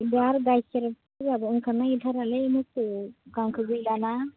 दा आरो गाइखेरफोराबो ओंखारनो नागिरथारालै मोसौनो गांसो गैलाना